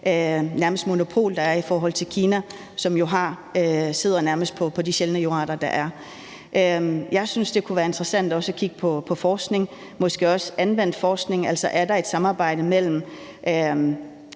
nærmest monopol, Kina har, hvor de jo nærmest sidder på de sjældne jordarter, der er. Jeg synes, det kunne være interessant også at kigge på forskning, måske også anvendt forskning. Altså, er der et samarbejde mellem